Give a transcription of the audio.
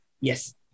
Yes